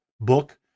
book